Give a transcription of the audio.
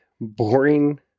boring